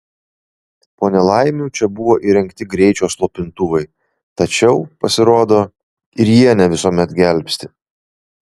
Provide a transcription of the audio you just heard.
po nelaimių čia buvo įrengti greičio slopintuvai tačiau pasirodo ir jie ne visuomet gelbsti